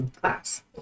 Class